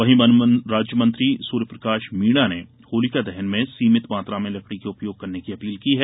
वहीं वन राज्यमंत्री सूर्यप्रकाश मीणा ने होलिका दहन में सीमित मात्रा में लकड़ी के उपयोग करने की अपील की है